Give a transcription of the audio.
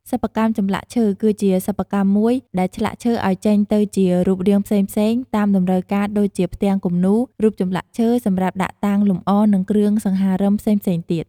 សិប្បកម្មចម្លាក់ឈើគឺជាសិប្បកម្មមួយដែលឆ្លាក់ឈើឲ្យចេញទៅជារូបរាងផ្សេងៗតាមតម្រូវការដូចជាផ្ទាំងគំនូរ រូបចម្លាក់ឈើសម្រាប់ដាក់តាំងលម្អនិងគ្រឿងសង្ហារឹមផ្សេងៗទៀត។